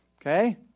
Okay